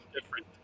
Different